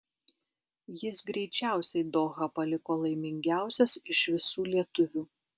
jis greičiausiai dohą paliko laimingiausias iš visų lietuvių